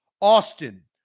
austin